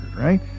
right